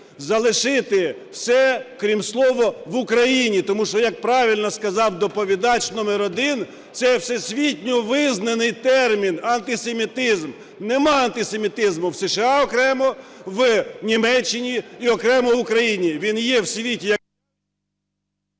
Залишити все, крім слова "в Україні", тому що, як правильно сказав доповідач номер один, це всесвітньо визнаний термін "антисемітизм". Немає антисемітизму в США окремо, в Німеччині і окремо в Україні. Він є в світі… ГОЛОВУЮЧИЙ.